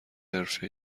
حرفه